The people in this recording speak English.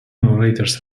narrators